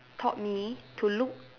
taught me to look